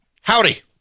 Howdy